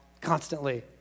constantly